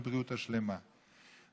בבריאות שלמה,